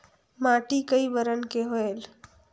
माटी कई बरन के होयल?